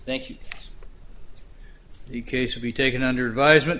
thank you the case will be taken under advisement